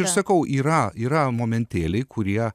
ir sakau yra yra momentėliai kurie